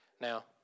Now